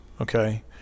okay